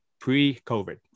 pre-covid